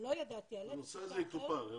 לתקופה יותר ממושכת ושרת הקליטה אישרה את זה.